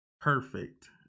perfect